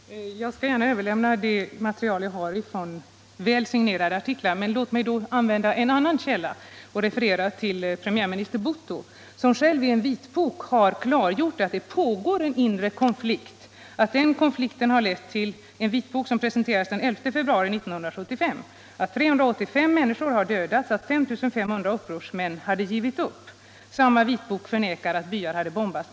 Herr talman! Jag skall gärna överlämna det material jag har i form av ordentligt signerade artiklar. Men låt mig använda en annan källa och referera till premiärminister Bhutto, som själv i en vitbok — som presenterades den 11 februari 1975 — klargjort att det pågår en inre konfikt, att 385 människor har dödats och att 5 500 upprorsmän har gett upp. Boken förnekar att byar hade bombats.